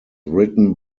written